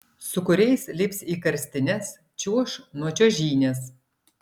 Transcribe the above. su kuriais lips į karstines čiuoš nuo čiuožynės